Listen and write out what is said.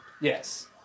Yes